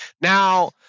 now